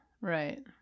right